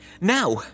now